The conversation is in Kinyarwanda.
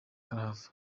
karahava